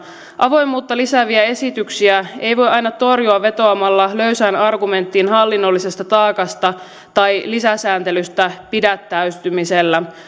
avoimuutta lisääviä esityksiä ei voi aina torjua vetoamalla löysään argumenttiin hallinnollisesta taakasta tai lisäsääntelystä pidättäytymisellä